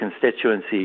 constituency